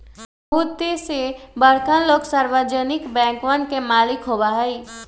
बहुते से बड़कन लोग सार्वजनिक बैंकवन के मालिक होबा हई